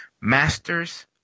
Masters